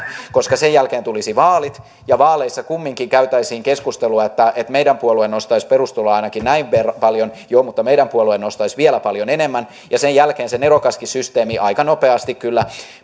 koska sen jälkeen tulisivat vaalit ja vaaleissa kumminkin käytäisiin keskustelua että meidän puolue nostaisi perustuloa ainakin näin paljon joo mutta meidän puolue nostaisi vielä paljon enemmän sen jälkeen se nerokaskin systeemi aika nopeasti kyllä